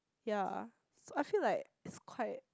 ya so I feel like it's quite